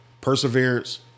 perseverance